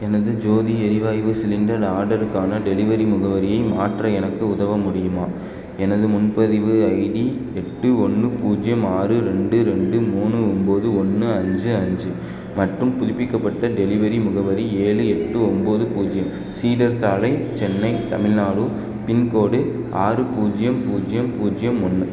எனது ஜோதி எரிவாய்வு சிலிண்டர் ஆர்டருக்கான டெலிவரி முகவரியை மாற்ற எனக்கு உதவ முடியுமா எனது முன்பதிவு ஐடி எட்டு ஒன்று பூஜ்ஜியம் ஆறு ரெண்டு ரெண்டு மூணு ஒம்பது ஒன்று அஞ்சு அஞ்சு மற்றும் புதுப்பிக்கப்பட்ட டெலிவரி முகவரி ஏழு எட்டு ஒம்பது பூஜ்ஜியம் சீடர் சாலை சென்னை தமிழ்நாடு பின்கோடு ஆறு பூஜ்ஜியம் பூஜ்ஜியம் பூஜ்ஜியம் ஒன்று